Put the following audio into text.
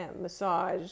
massage